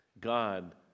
God